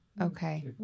Okay